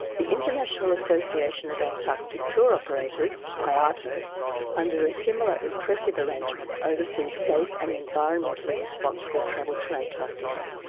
the international association of antarctic tour operators, ah iaato, under a similar impressive arrangement oversees safe and environmentally responsible travel to antarctica.